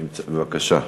בבקשה.